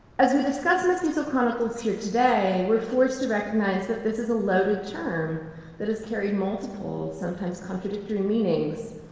as we discuss mestizo chronicles here today, we're forced to recognize that this is a loaded term that has carried multiple, sometimes contradictory meanings.